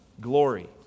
glory